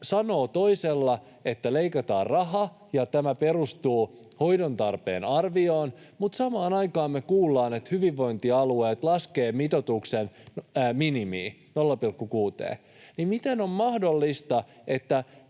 sanoo toisaalta, että leikataan rahaa ja tämä perustuu hoidontarpeen arvioon, mutta samaan aikaan me kuullaan, että hyvinvointialueet laskevat mitoituksen minimiin, 0,6:een, niin miten on mahdollista,